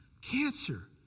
cancer